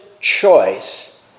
choice